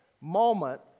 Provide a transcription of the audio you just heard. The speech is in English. moment